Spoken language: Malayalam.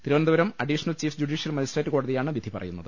Thiruvananthapuram additional chief judicial magistrate കോടതിയാണ് വിധി പറയുന്നത്